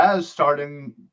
starting